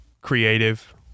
creative